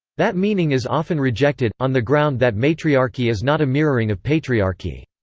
that meaning is often rejected, on the ground that matriarchy is not a mirroring of patriarchy.